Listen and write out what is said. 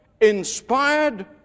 inspired